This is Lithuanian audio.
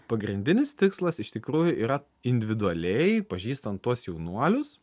pagrindinis tikslas iš tikrųjų yra individualiai pažįstant tuos jaunuolius